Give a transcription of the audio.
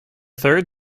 third